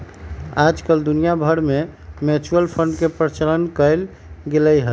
आजकल दुनिया भर में म्यूचुअल फंड के प्रचलन कइल गयले है